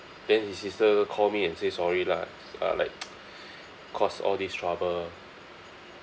then his sister call me and say sorry lah uh like cause all this trouble